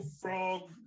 frog